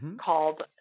called